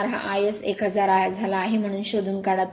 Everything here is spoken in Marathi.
04 हा iS 1000 झाला आहे म्हणून शोधून काढा